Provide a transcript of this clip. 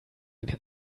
den